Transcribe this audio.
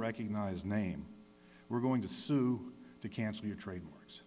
recognized name we're going to sue to cancel your trade wars